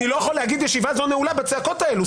אני לא יכול להגיד ישיבה זו נעולה בצעקות האלו.